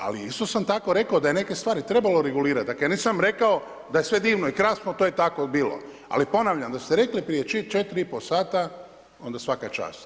Ali isto sam tako rekao da je neke stvari trebalo regulirat, dakle nisam rekao da je sve divno i krasno, to je tako bilo, ali ponavljam, da ste rekli prije 4 i pol sata, onda svaka čast.